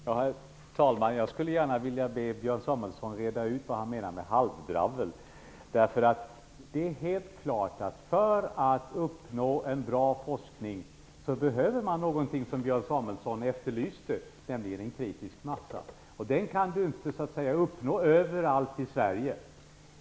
Herr talman! Jag skulle gärna vilja be Björn Samuelson reda ut vad han menar med halvdravel. Helt klart är att man för att uppnå en bra forskning behöver något som Björn Samuelson efterlyste, nämligen en kritisk massa. Det kan man inte få över allt i Sverige.